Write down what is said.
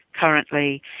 currently